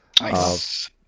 Nice